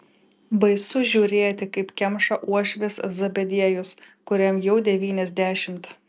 baisu žiūrėti kaip kemša uošvis zebediejus kuriam jau devyniasdešimt